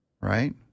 right